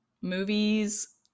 movies